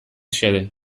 xede